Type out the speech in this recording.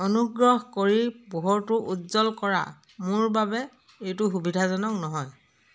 অনুগ্ৰহ কৰি পোহৰটো উজ্জ্বল কৰা মোৰ বাবে এইটো সুবিধাজনক নহয়